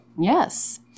Yes